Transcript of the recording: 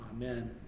Amen